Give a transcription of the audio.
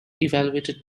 evaluated